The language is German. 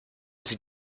sie